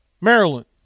Maryland